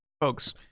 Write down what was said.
Folks